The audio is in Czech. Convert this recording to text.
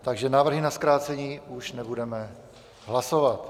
Takže návrhy na zkrácení už nebudeme hlasovat.